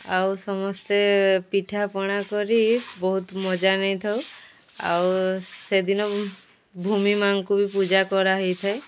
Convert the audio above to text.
ଆଉ ସମସ୍ତେ ପିଠାପଣା କରି ବହୁତ ମଜା ନେଇଥାଉ ଆଉ ସେଦିନ ଭୂମି ମା'ଙ୍କୁ ବି ପୂଜା କରାହୋଇଥାଏ